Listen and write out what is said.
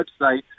website